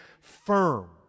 firm